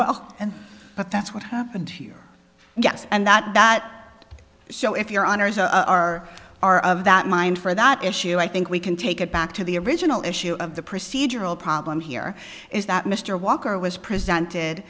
well and but that's what happened here yes and that that show if your honor is a are our of that mind for that issue i think we can take it back to the original issue of the procedural problem here is that mr walker was presented